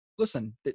Listen